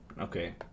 Okay